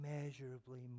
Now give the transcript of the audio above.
immeasurably